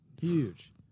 Huge